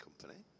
Company